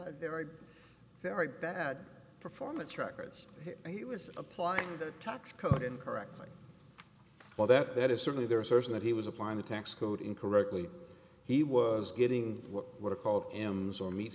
had very very bad performance records and he was applying the tax code incorrectly well that is certainly there are certain that he was applying the tax code incorrectly he was getting what are called ems on me